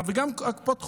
גם קופות החולים,